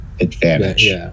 advantage